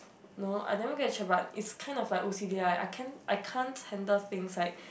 no I never get checked but it's kind of like o_c_d lah like I can't handle things like